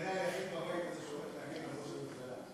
כנראה היחיד בבית הזה שעומד להגן על ראש הממשלה.